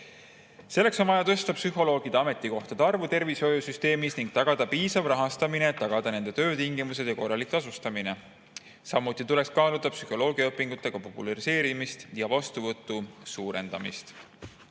Selleks on vaja tõsta psühholoogide ametikohtade arvu tervishoiusüsteemis ning tagada piisav rahastamine, et tagada nende töötingimused ja korralik tasustamine. Samuti tuleks kaaluda psühholoogiaõpingute populariseerimist ja vastuvõtu suurendamist.